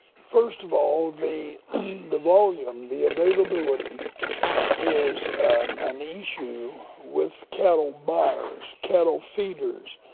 first of all, the the volume, the availability is an issue with cattle buyers, cattle feeders.